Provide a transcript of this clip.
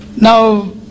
now